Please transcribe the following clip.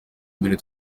imbere